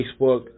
Facebook